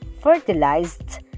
fertilized